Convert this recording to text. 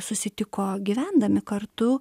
susitiko gyvendami kartu